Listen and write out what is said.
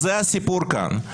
זה הסיפור כאן.